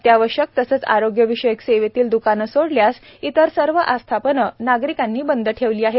अत्यावश्यक तसेच आरोग्यविषयक सेवेतली द्कानं सोडल्यास इतर सर्व आस्थापनं नागरिकांनी बंद ठेवली आहेत